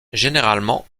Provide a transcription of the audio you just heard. généralement